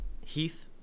Heath